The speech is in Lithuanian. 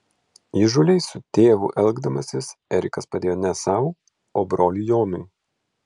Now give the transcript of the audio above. įžūliai su tėvu elgdamasis erikas padėjo ne sau o broliui jonui